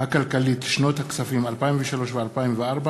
הכלכלית לשנות הכספים 2003 ו-2004)